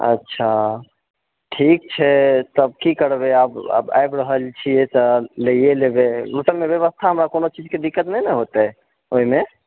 अच्छा ठीक छै तब कि करबे आब आब आयब रहल छियै तऽ लइए लेबय ओहिसभमे व्यवस्थामऽ हमरा कोनो चीजके दिक्कत नहि न होतय ओहिमे